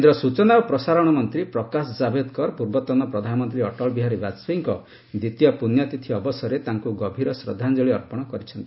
କେନ୍ଦ୍ର ସୂଚନା ଓ ପ୍ରସାରଣ ମନ୍ତ୍ରୀ ପ୍ରକାଶ କାଭେଡକର ପୂର୍ବତନ ପ୍ରଧାନମନ୍ତ୍ରୀ ଅଟଳ ବିହାରୀ ବାଜପେୟୀଙ୍କ ଦ୍ୱିତୀୟ ପୁଣ୍ୟତିଥି ଅବସରରେ ତାଙ୍କୁ ଗଭୀର ଶ୍ରଦ୍ଧାଞ୍ଚଳି ଅର୍ପଣ କରିଛନ୍ତି